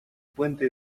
puente